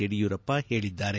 ಯಡಿಯೂರಪ್ಪ ಹೇಳಿದ್ದಾರೆ